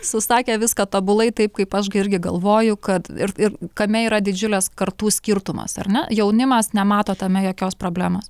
susakė viską tobulai taip kaip aš irgi galvoju kad ir ir kame yra didžiulis kartų skirtumas ar ne jaunimas nemato tame jokios problemos